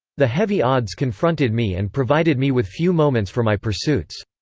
the heavy odds confronted me and provided me with few moments for my pursuits.